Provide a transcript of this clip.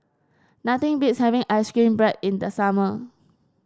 nothing beats having ice cream bread in the summer